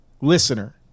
listener